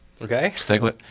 Okay